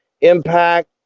Impact